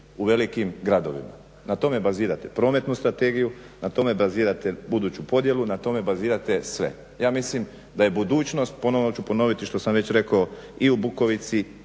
u velikim gradovima. Na tome bazirate prometnu strategiju, na tome bazirate buduću podjelu, na tome bazirate sve. Ja mislim da je budućnost ponovo ću ponoviti što sam već rekao i u Bukovici,